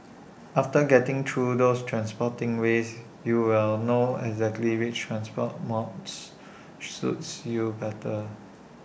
after getting through those transporting ways you will know exactly which transport modes suits you better